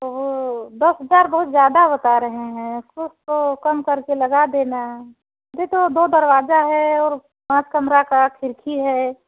तो दस हज़ार बहुत ज़्यादा बता रहे हैं कुछ तो कम कर के लगा देना वैसे तो दो दरवाज़े हैँ और पाँच कमरों की खिड़की है